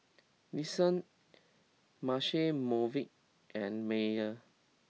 Nissan Marche Movenpick and Mayer